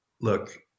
look